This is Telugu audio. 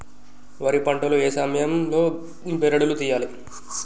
వరి పంట లో ఏ సమయం లో బెరడు లు తియ్యాలి?